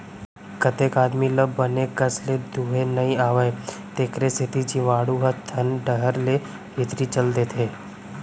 कतेक आदमी ल बने कस ले दुहे नइ आवय तेकरे सेती जीवाणु ह थन डहर ले भीतरी चल देथे